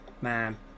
man